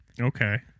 Okay